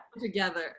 together